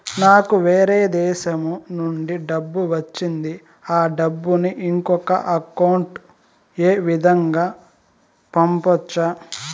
నాకు వేరే దేశము నుంచి డబ్బు వచ్చింది ఆ డబ్బును ఇంకొక అకౌంట్ ఏ విధంగా గ పంపొచ్చా?